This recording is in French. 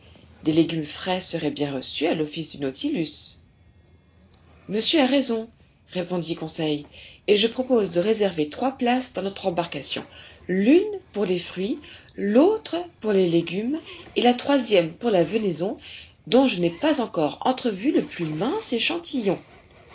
des légumes frais seraient bien reçus à l'office du nautilus monsieur a raison répondit conseil et je propose de réserver trois places dans notre embarcation l'une pour les fruits l'autre pour les légumes et la troisième pour la venaison dont je n'ai pas encore entrevu le plus mince échantillon